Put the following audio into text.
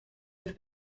have